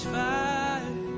fire